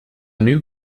new